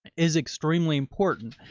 is extremely important.